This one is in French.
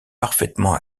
parfaitement